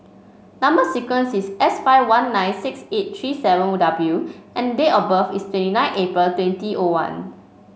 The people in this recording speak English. number sequence is S five one nine six eight three seven W and date of birth is twenty nine April twenty O one